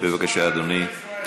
שמאלן עוכר ישראל.